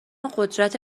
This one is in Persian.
قدرت